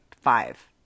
five